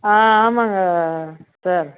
ஆ ஆமாம்ங்க சார்